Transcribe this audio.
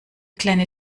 kleine